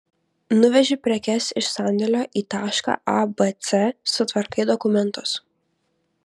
nuveži prekes iš sandėlio į tašką a b c sutvarkai dokumentus